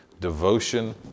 devotion